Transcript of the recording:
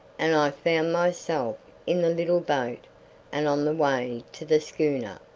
and i found myself in the little boat and on the way to the schooner.